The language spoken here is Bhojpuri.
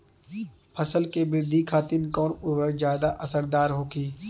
फसल के वृद्धि खातिन कवन उर्वरक ज्यादा असरदार होखि?